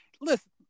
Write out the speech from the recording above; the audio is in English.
Listen